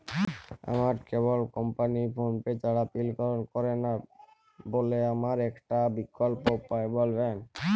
আমার cable company PhonePe ছাড়া bill গ্রহণ করে না বলে আমার একটা বিকল্প উপায় বলবেন?